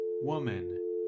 Woman